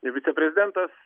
ir viceprezidentas